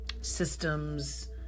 systems